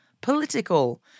political